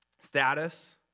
Status